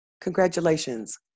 Congratulations